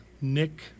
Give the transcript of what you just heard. Nick